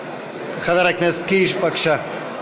חבר הכנסת קיש, בבקשה,